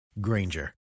Granger